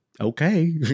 okay